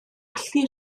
allu